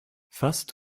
fast